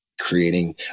creating